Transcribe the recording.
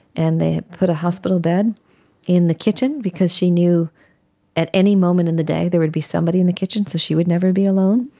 and they put a hospital bed in the kitchen because she knew at any moment in the day there would be somebody in the kitchen, so she would never be alone.